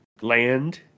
land